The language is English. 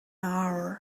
hour